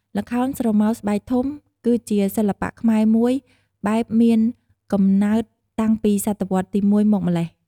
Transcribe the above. ល្ខោនស្រមោលស្បែកធំ គឺជាសិល្បៈខ្មែរមួយបែបមានកំណើតតាំងពីស.វទី ១ មកម្ល៉េះ ។